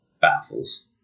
Baffles